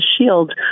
Shield